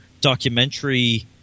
documentary